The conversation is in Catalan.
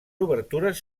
obertures